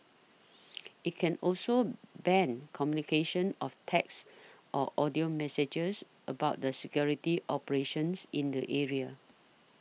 it can also ban communication of text or audio messages about the security operations in the area